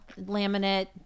laminate